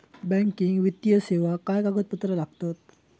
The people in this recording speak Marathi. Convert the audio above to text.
बँकिंग वित्तीय सेवाक काय कागदपत्र लागतत?